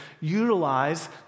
utilize